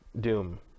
Doom